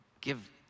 give